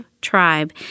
tribe